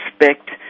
respect